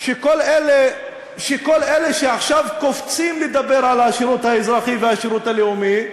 שכל אלה שעכשיו קופצים לדבר על השירות האזרחי והשירות הלאומי,